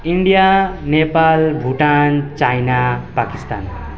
India Nepal Bhutan China Pakistan